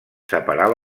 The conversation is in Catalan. separar